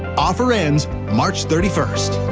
offer ends march thirty first.